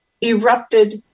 erupted